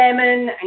lemon